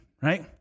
Right